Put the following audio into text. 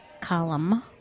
column